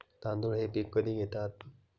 तांदूळ हे पीक कधी घेतात?